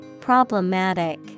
Problematic